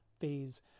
phase